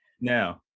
Now